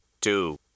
Two